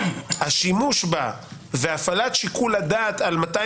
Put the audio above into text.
השימוש בה והפעלת שיקול הדעת על מתי